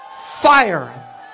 fire